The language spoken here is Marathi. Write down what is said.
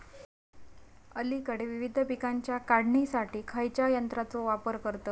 अलीकडे विविध पीकांच्या काढणीसाठी खयाच्या यंत्राचो वापर करतत?